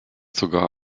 sogar